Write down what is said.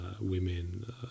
women